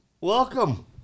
welcome